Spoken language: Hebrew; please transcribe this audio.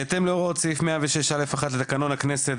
בהתאם להוראות סעיף 106(א)(1) לתקנון הכנסת,